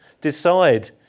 decide